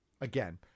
Again